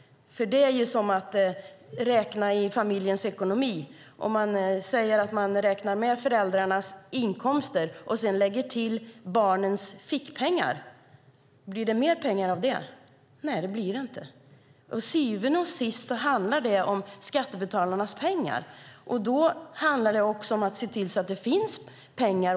Det är som att räkna på familjens ekonomi. Om man räknar med föräldrarnas inkomster och sedan lägger till barnens fickpengar, blir det mer pengar av det? Nej, det blir det inte. Till syvende och sist handlar det om skattebetalarnas pengar. Då handlar det också om att se till att det finns pengar.